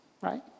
right